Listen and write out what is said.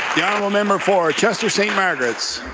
the honourable member for chester-st. margaret's.